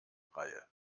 reihe